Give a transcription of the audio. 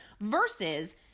versus